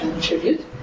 tribute